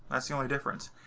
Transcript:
that's the only difference.